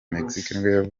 mexique